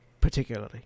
particularly